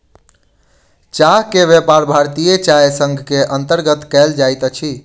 चाह के व्यापार भारतीय चाय संग के अंतर्गत कयल जाइत अछि